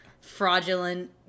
fraudulent